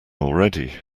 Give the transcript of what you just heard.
already